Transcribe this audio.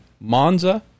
Monza